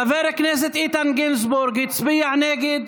חבר הכנסת איתן גינזבורג הצביע נגד,